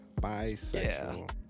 bisexual